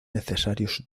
necesarios